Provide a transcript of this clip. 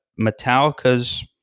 Metallica's